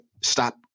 stop